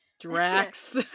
Drax